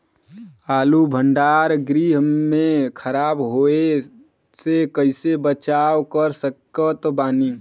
आलू भंडार गृह में खराब होवे से कइसे बचाव कर सकत बानी?